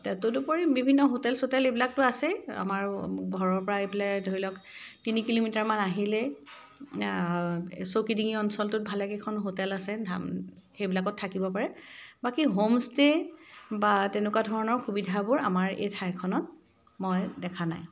তদুপৰি বিভিন্ন হোটেল চোটেল এইবিলাকটো আছেই আমাৰো ঘৰৰ পৰা আহি পেলাই ধৰি লওক তিনি কিলোমিটাৰমান আহিলেই চৌকিডিঙি অঞ্চলটোত ভালে কেইখন হোটেল আছে ধাম সেইবিলাকত থাকিব পাৰে বাকী হ'মষ্টে বা তেনেকুৱা ধৰণৰ সুবিধাবোৰ আমাৰ এই ঠাইখনত মই দেখা নাই